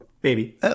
Baby